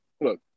Look